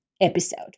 episode